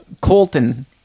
Colton